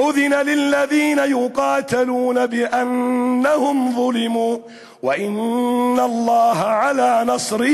אשר יוצאים עליהם למלחמה ניתנת בזאת